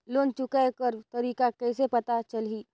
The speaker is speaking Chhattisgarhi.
लोन चुकाय कर तारीक कइसे पता चलही?